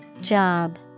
Job